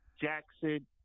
Jackson